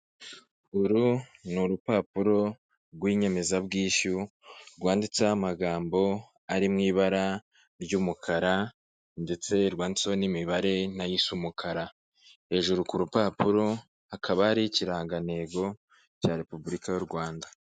Uru ni urupapuro rw'inyemezabwishyu, rwanditseho amagambo ari mu ibara ry'umukara ndetse rwanditseho n'imibare na yo isa umukara. Hejuru ku rupapuro hakaba hari ikirangantego cya Repubulika y'u Rwanda.